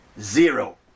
zero